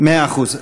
מאה אחוז.